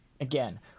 again